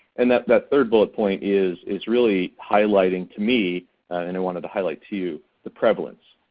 and that that third bullet point is is really highlighting, to me, and i wanted to highlight to you the prevalence.